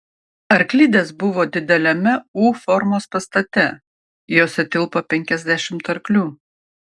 arklidės buvo dideliame u formos pastate jose tilpo penkiasdešimt arklių